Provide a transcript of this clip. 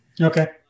Okay